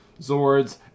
Zords